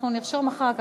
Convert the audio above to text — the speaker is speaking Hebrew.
אנחנו נרשום אחר כך.